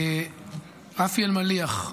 רפי אלמליח,